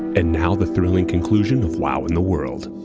and now the thrilling conclusion of wow in the world